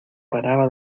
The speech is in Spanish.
paraba